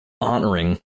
honoring